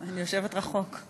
אני יושבת רחוק.